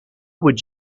would